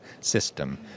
system